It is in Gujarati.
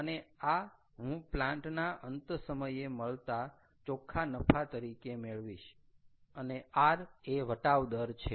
અને આ હું પ્લાન્ટ ના અંત સમયે મળતા ચોખ્ખા નફા તરીકે મેળવીશ અને r એ વટાવ દર છે